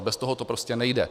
Bez toho to prostě nejde.